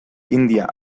hindia